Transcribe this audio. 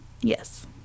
Yes